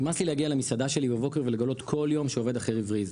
נמאס לי להגיע למסעדה שלי בבוקר ולגלות כל יום שעובד אחר הבריז,